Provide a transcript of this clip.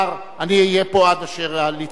אני אהיה פה עד אשר ליצמן יגמור,